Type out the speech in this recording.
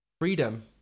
Freedom